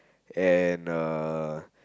and uh